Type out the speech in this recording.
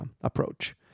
approach